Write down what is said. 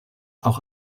auch